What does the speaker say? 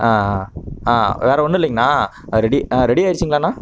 ஆ ஆ ஆ வேறு ஒன்றும் இல்லைங்கண்ணா ரெடி ரெடி ஆகிருச்சுங்களாண்ணா